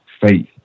faith